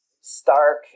stark